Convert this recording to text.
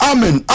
Amen